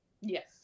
Yes